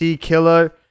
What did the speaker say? Killer